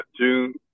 June